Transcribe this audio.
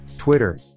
Twitter